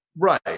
Right